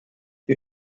wir